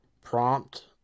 prompt